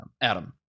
Adam